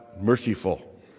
merciful